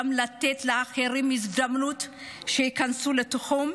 לתת גם לאחרים הזדמנות להיכנס לתחום,